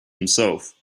himself